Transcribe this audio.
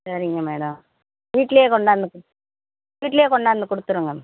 சரிங்க மேடம் வீட்டிலேயே கொண்டாந்து வீட்டிலேயே கொண்டாந்து கொடுத்துருங்க